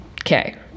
Okay